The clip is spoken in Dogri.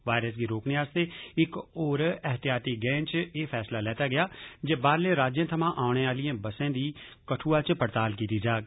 वायरस गी रोकन आस्तै इक होर एहतियाती गैंऽ च एह् फैसला लैता गेआ जे बाहरलें राज्यें थमां औने आहलियें बसें दी कठुआ च पड़ताल कीती जाग